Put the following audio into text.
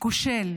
כושל